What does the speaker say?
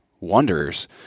wanderers